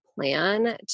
plan